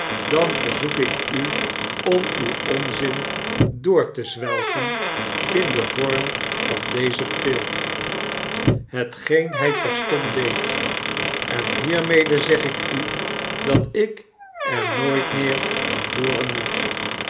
dan verzoek ik u om uw onzin door te zwelgen in den vorm van deze pil hetgeen hy terstond deed en hiermede zeg ik u dat ik er nooit meer van hooren moet